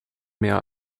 mehr